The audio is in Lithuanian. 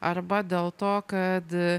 arba dėl to kad